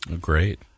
Great